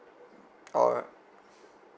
alright